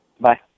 Bye